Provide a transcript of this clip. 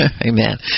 Amen